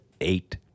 eight